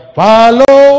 follow